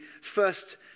first